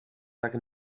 tak